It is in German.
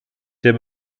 der